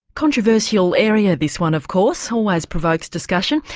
controversial area this one, of course, always provokes discussion.